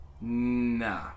Nah